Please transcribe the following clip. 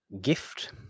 gift